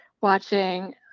watching